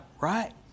right